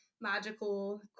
magical